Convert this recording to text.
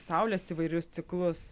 saulės įvairius ciklus